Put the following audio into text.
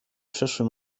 przeszły